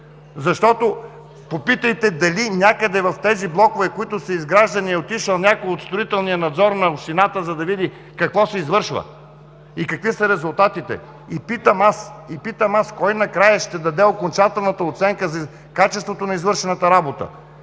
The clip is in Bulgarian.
Защото попитайте дали някъде в тези блокове, които са изграждани, е отишъл някой от строителния надзор на общината, за да види какво се извършва и какви са резултатите? И питам аз: кой накрая ще даде окончателната оценка за качеството на извършената работа?